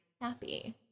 Happy